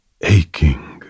aching